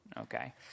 Okay